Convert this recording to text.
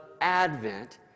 Advent